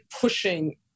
pushing